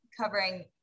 covering